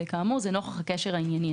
כאמור, זה נוכח הקשר הענייני.